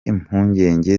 impungenge